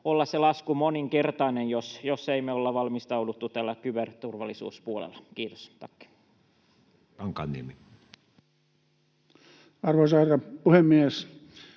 olla moninkertainen, jos ei me olla valmistauduttu tällä kyberturvallisuuspuolella. — Kiitos,